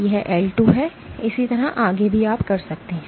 यह L2 है और इसी तरह आगे भी आप कर सकते हैं